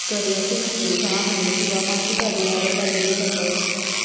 कर्जाचे हप्ते सहामाही किंवा मासिक आधारावर बांधले जातात